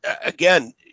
again